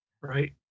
Right